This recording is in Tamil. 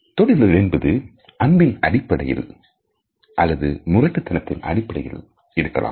தொடுதல் என்பது அன்பின் அடிப்படையில் அல்லது முரட்டு தனத்தின் அடிப்படையில் இருக்கலாம்